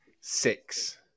Six